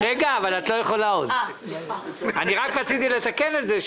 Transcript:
רק רציתי לתקן את זה.